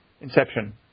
Inception